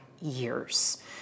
years